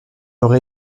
aurait